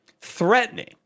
threatening